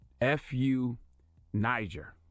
F-U-Niger